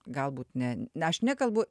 galbūt ne aš nekalbu